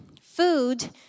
food